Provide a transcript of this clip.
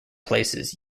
places